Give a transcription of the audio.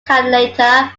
calculator